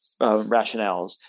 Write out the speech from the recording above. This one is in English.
rationales